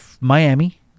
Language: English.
Miami